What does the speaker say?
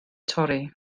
torri